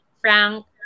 frank